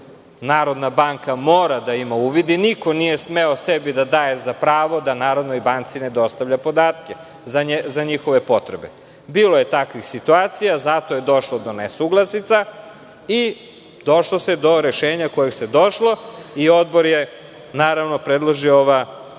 Narodna banka mora da ima uvid i niko nije smeo sebi da daje za pravo da Narodnoj banci ne dostavlja podatke za njihove potrebe. Bilo je takvih situacija, zato je došlo do nesuglasica i došlo se do rešenja do kojeg se došlo i odbor je naravno predložio ova